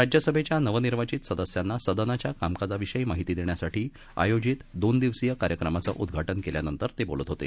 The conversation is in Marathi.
राज्यसभेच्या नवनिर्वाचित सदस्यांना सदनाच्या कामकाजाविषयी माहिती देण्यासाठी आयोजित दोन दिवसीय कार्यक्रमाचं उद्वाटन केल्यानंतर बोलत होते